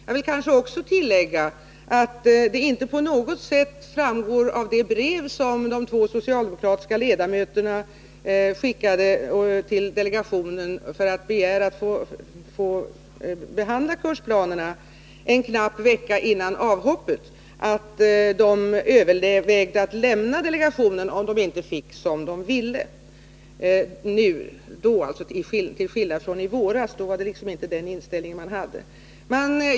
Jag vill också tillägga att det inte på något sätt framgår av det brev som de två socialdemokratiska ledamöterna skickade till delegationen för att begära att få behandla kursplanerna, en knapp vecka före avhoppet, att de övervägde att lämna delegationen om de inte fick som de ville då. Inte heller i våras hade man den inställningen.